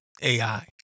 AI